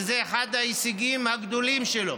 וזה אחד ההישגים הגדולים שלו,